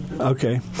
Okay